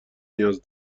نیاز